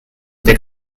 deg